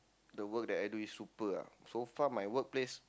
the work that I do is super ah so far my workplace